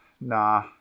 nah